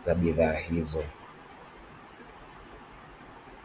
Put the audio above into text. za bidhaa hizo.